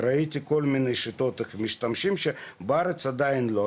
וראיתי כל מיני שיטות איך משתמשים שבארץ עדיין לא,